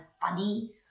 funny